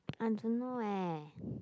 I don't know eh